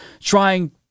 trying